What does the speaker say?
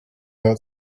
boat